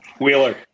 Wheeler